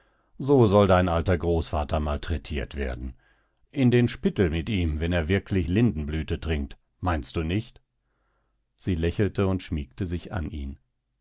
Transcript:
so soll dein alter großvater malträtiert werden in den spittel mit ihm wenn er wirklich lindenblüte trinkt meinst du nicht sie lächelte und schmiegte sich an ihn